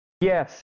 Yes